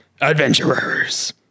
Adventurers